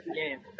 game